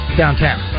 downtown